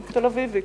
אני תל-אביבית,